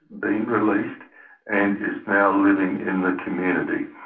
been released and is now living in the community.